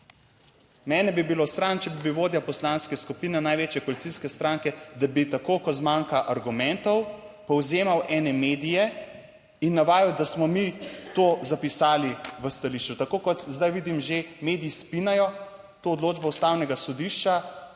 Mene bi bilo sram, če bi bil vodja poslanske skupine največje koalicijske stranke, da bi tako, ko zmanjka argumentov povzemal ene medije in navajal, da smo mi to zapisali v stališču, tako kot zdaj vidim, že mediji spinajo to odločbo Ustavnega sodišča,